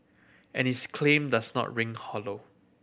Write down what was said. and his claim does not ring hollow